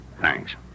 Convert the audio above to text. Thanks